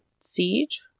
Siege